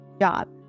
job